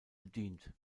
bedient